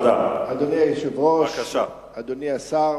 אדוני היושב-ראש, אדוני השר,